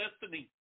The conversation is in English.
destiny